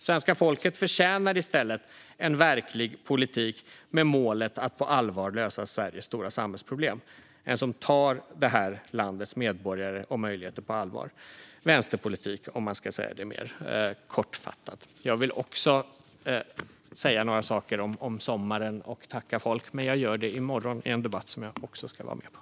Svenska folket förtjänar i stället en verklig politik med målet att på allvar lösa Sveriges stora samhällsproblem. Vi ska ha en politik som tar det här landets medborgare och möjligheter på allvar. Det är vänsterpolitik, om man ska uttrycka det mer kortfattat. Jag vill också säga några saker om sommaren och tacka folk, men jag gör det i morgon i en debatt som jag också ska vara med i.